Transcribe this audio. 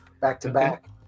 back-to-back